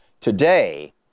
today